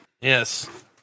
Yes